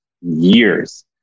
years